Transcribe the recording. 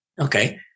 Okay